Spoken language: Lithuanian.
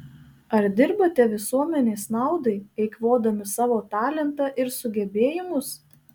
ar dirbate visuomenės naudai eikvodami savo talentą ir sugebėjimus